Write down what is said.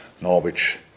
Norwich